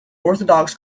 orthodox